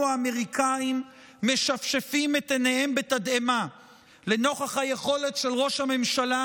האמריקאים משפשפים את עיניהם בתדהמה לנוכח יכולתו של ראש הממשלה